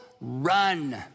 run